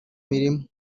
mirima